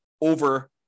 over